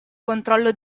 controllo